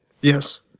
yes